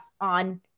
on